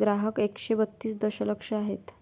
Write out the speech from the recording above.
ग्राहक एकशे बत्तीस दशलक्ष आहेत